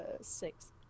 six